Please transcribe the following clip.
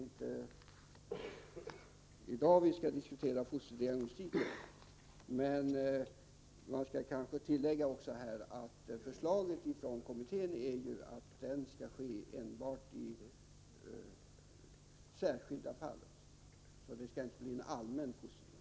Vi skall kanske inte diskutera fosterdiagnostiken i dag, men jag vill ändå tillägga att förslaget från utredningskommittén är att denna diagnostik skall utföras enbart i särskilda fall, dvs. man föreslår inte en allmän fosterdiagnostik.